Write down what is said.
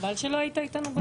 חבל שלא היית איתנו בדיון.